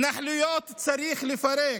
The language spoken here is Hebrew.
התנחלויות צריך לפרק.